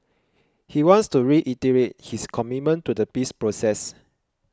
he wants to reiterate his commitment to the peace process